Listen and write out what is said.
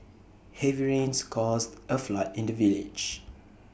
heavy rains caused A flood in the village